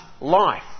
life